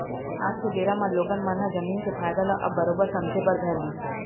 आज के बेरा म लोगन मन ह जमीन के फायदा ल अब बरोबर समझे बर धर लिस